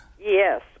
Yes